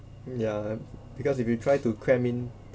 ya because if you try to cram in